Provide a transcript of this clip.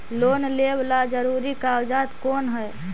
Loan लेब ला जरूरी कागजात कोन है?